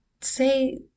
say